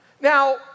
Now